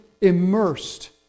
immersed